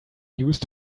used